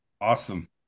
Awesome